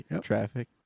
traffic